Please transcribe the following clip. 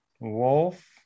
Wolf